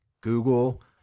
Google